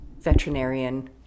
veterinarian